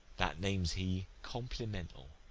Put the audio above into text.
that names he complimental.